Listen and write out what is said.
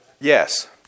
Yes